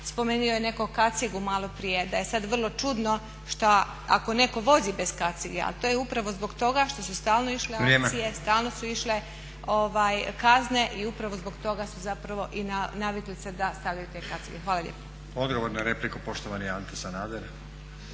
Spomenuo je netko kacigu malo prije da je sada vrlo čudno šta, ako netko vozi bez kacige. Ali to je upravo zbog toga što su stalno išle akcije, stalno su išle kazne i upravo zbog toga su zapravo i navikli se da stavljaju te kacige. Hvala lijepo. **Stazić, Nenad (SDP)** Odgovor na repliku poštovani Ante Sanader.